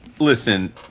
listen